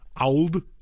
Old